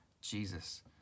Jesus